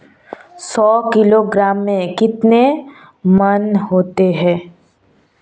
सौ किलोग्राम में कितने मण होते हैं?